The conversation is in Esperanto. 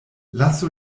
lasu